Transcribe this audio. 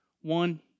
One